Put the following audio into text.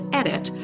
edit